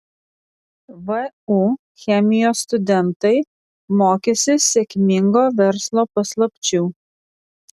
vu chemijos studentai mokysis sėkmingo verslo paslapčių